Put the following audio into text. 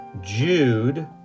Jude